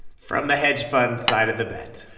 from the hedge fund side of the bet